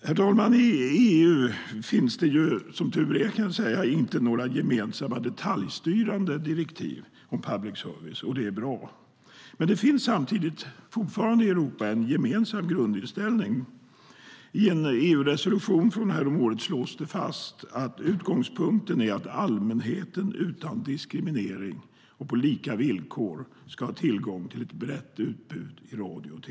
Herr talman! I EU finns, som tur är, inte några gemensamma detaljstyrande direktiv om public service. Det är bra. Men det finns samtidigt fortfarande i Europa en gemensam grundinställning. I en EU-resolution från häromåret slås fast att utgångspunkten är att allmänheten utan diskriminering och på lika villkor ska ha tillgång till ett brett utbud i radio och tv.